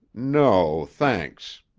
no, thanks.